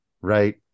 right